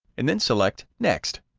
and then select next.